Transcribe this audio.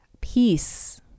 peace